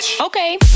Okay